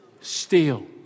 steal